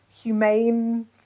humane